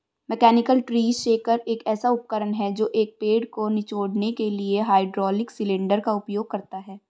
mechanical tree shaker एक ऐसा उपकरण है जो एक पेड़ को निचोड़ने के लिए हाइड्रोलिक सिलेंडर का उपयोग करता है